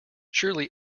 surely